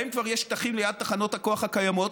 אז להם כבר יש שטחים ליד תחנות הכוח הקיימות,